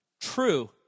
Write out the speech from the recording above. true